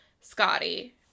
Scotty